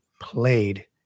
played